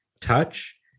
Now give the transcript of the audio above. touch